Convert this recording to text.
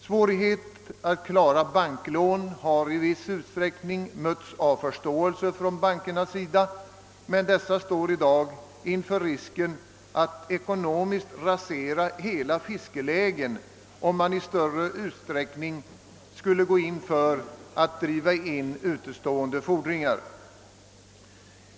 Svårigheten att klara banklånen har i viss utsträckning mötts av förståelse från bankernas sida, men dessa står i dag inför risken att ekonomiskt rasera hela fiskelägen om man i större utsträckning skulle gå in för att driva in utestående fordringar.